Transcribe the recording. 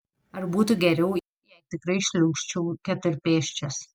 ar būtų geriau jei tikrai šliaužčiau keturpėsčias